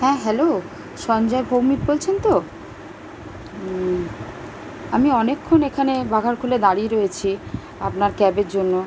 হ্যাঁ হ্যালো সঞ্জয় ভৌমিক বলছেন তো আমি অনেক্ষণ এখানে বাঘার কূলে দাঁড়িয়ে রয়েছি আপনার ক্যাবের জন্য